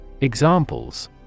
Examples